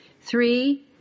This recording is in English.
Three